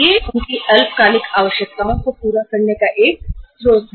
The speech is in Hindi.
या उनकी अल्पकालिक आवश्यकताओ को पूरा करने का एक स्रोत है